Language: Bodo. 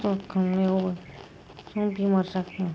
खस्थ' खांनायावबो मा बेमार जाखो